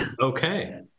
Okay